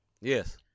Yes